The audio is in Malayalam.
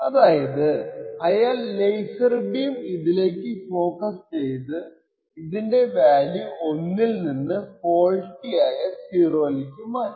അതായത് അയാൾ ലേസർ ബീം ഇതിലേക്ക് ഫോക്കസ് ചെയ്തു ഇതിന്റെ വാല്യൂ 1 ൽ നിന്ന് ഫോൾട്ടി ആയ 0 ലേക്ക് മാറ്റും